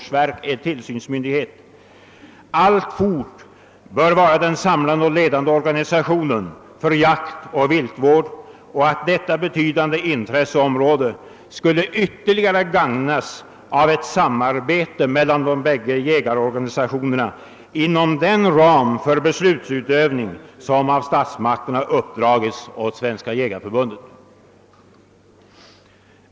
— som tillsynsmyndighet alltfort bör vara den samlande och ledande organisationen för jaktoch viltvård och att detta betydande intresseområde skulle ytterligare gagnas av ett samarbete mellan de båda jägarorganisationerna inom den ram för beslutsfattande som statsmakterna gett Svenska jägareförbundet.